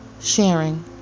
sharing